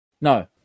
No